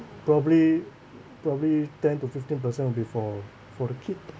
probably probably ten to fifteen percent will be for for the kid